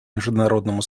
международному